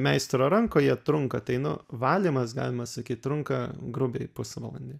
meistro rankoje trunka tai nu valymas galima sakyt trunka grubiai pusvalandį